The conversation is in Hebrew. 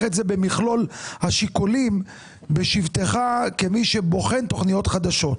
את זה במכלול השיקולים בשבתך כמי שבוחן תוכניות חדשות.